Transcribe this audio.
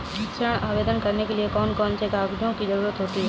ऋण आवेदन करने के लिए कौन कौन से कागजों की जरूरत होती है?